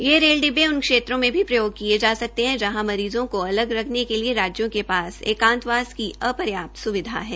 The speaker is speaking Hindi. ये रेल डिब्बे उन क्षेत्रों में भी प्रयोग किये जा सकते है जहां मरीज़ों को अलग रखने के लिए राज्यों के पास एकांतवास की अपर्याप्त असुविधा है